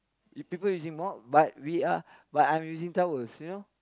is people using mop but we are but I'm using towels you know